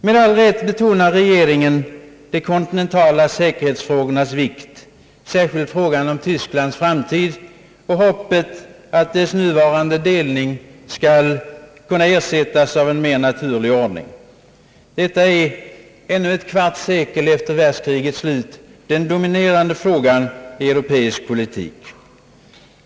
Med all rätt betonar regeringen de kontinentala säkerhetsfrågornas vikt, särskilt frågan om Tysklands framtid och hoppet att dess nuvarande delning skall kunna ersättas av en mer naturlig ordning. Detta är ännu, ett kvarts sekel efter världskrigets slut, den dominerande frågan i europeisk politik.